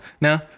No